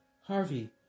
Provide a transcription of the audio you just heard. Harvey